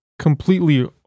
completely